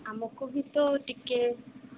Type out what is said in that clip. ଆମକୁ ବି ତ ଟିକେ